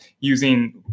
using